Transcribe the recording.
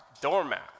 doormat